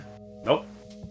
Nope